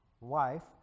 wife